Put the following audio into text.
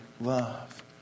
love